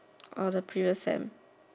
orh the previous sem